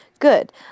Good